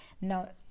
now